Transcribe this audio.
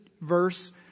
verse